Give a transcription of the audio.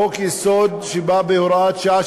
חוק-יסוד שבא בהוראת שעה,